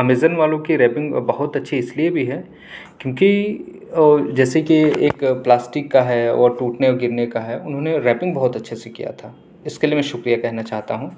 Amazon والوں کی wrapping بہت اچھی اس لیے بھی ہے کیونکہ جیسے کہ ایک پلاسٹک کا ہے وہ ٹوٹنے اور گرنے کا ہے انہوں نے ریپنگ بہت اچھے سے کیا تھا اس کے لیے میں شکریہ کہنا چاہتا ہوں